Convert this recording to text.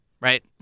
right